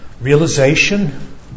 realization